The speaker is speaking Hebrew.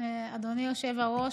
אדוני היושב-ראש,